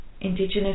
Indigenous